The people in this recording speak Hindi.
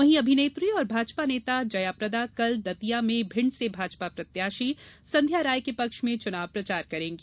वहीं अभिनेत्री और भाजपा नेता जयाप्रदा कल दतिया में भिण्ड से भाजपा प्रत्याशी संध्या राय के पक्ष में चुनाव प्रचार करेंगी